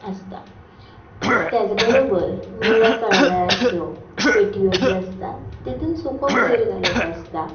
आसता त्याच बरोबर निळ्या कलराच्यो पेटयो ज्यो आसता तेतून सुको कोयर घालप आसता